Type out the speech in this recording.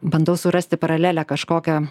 bandau surasti paralelę kažkokią